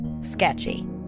sketchy